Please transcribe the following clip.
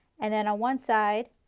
and then on one side,